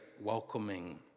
welcoming